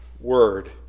word